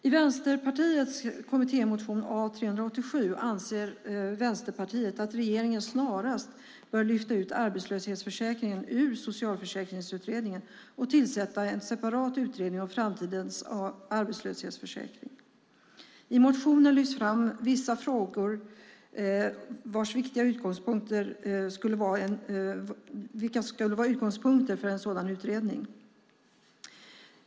I Vänsterpartiets kommittémotion A387 kan vi se att Vänsterpartiet anser att regeringen snarast bör lyfta ut arbetslöshetsförsäkringen ur Socialförsäkringsutredningen och tillsätta en separat utredning om framtidens arbetslöshetsförsäkring. I motionen lyfts fram frågor som skulle vara utgångspunkt för en sådan utredning.